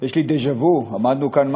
יש לי דז'ה-וו: עמדנו כאן,